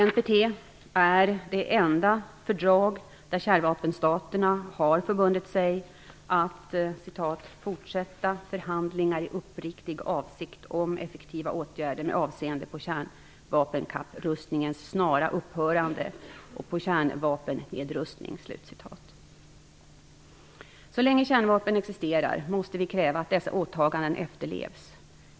NPT är det enda fördrag där kärnvapenstaterna har förbundit sig att "fortsätta förhandlingar i uppriktig avsikt om effektiva åtgärder med avseende på kärnvapenkapprustningens snara upphörande och på kärnvapennedrustning". Så länge kärnvapen existerar måste vi kräva att dessa åtaganden efterlevs.